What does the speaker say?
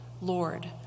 Lord